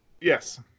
Yes